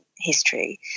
history